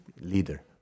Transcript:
leader